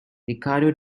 ricardo